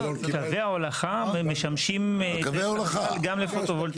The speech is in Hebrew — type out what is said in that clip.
קווי ההולכה משמשים גם ל-פוטו-וולטאי.